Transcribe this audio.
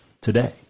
today